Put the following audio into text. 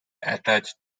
attached